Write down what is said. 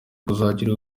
kuzagira